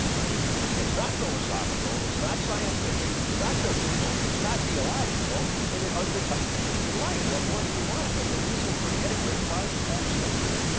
i mean it's not philosophical, it's not scientific, it's not biblical, it's not theological and it undercuts the christian life. what more do you want as a reason for getting rid of the body-soul distinction?